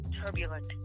turbulent